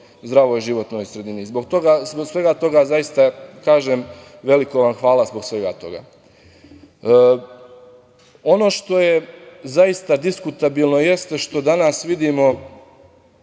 zdravoj životnoj sredini. Zbog svega toga, zaista kažem – veliko vam hvala. Ono što je zaista diskutabilno jeste što danas vidimo